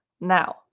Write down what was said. Now